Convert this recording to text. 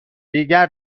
دیگر